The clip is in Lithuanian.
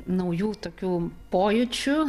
naujų tokių pojūčių